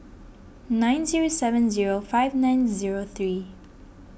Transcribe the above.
nine zero seven zero five nine zero three